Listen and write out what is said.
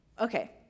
Okay